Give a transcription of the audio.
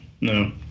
no